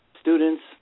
students